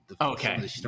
Okay